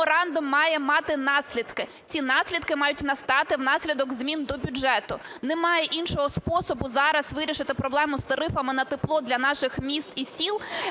меморандум має мати наслідки. Ці наслідки мають настати внаслідок змін до бюджету. Немає іншого способу зараз вирішити проблему з тарифами на тепло для наших міст і сіл,